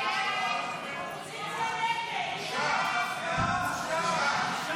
הודעת ראש הממשלה נתקבלה.